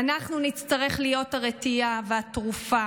אנחנו נצטרך להיות הרטייה והתרופה,